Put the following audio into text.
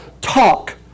talk